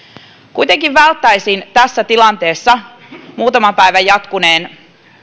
kuitenkin välttäisin tässä tilanteessa muutaman päivän jatkuneessa